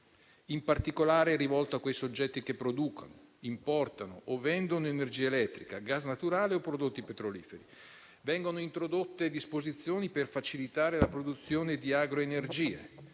in particolare rivolto ai soggetti che producono, importano o vendono energia elettrica, gas naturale o prodotti petroliferi. Vengono introdotte disposizioni per facilitare la produzione di agroenergie.